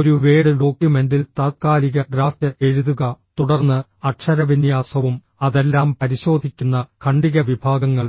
ഒരു വേഡ് ഡോക്യുമെന്റിൽ താത്ക്കാലിക ഡ്രാഫ്റ്റ് എഴുതുക തുടർന്ന് അക്ഷരവിന്യാസവും അതെല്ലാം പരിശോധിക്കുന്ന ഖണ്ഡിക വിഭാഗങ്ങൾ